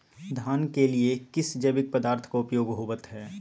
धान के लिए किस जैविक पदार्थ का उपयोग होवत है?